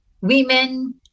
women